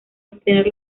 obtener